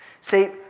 See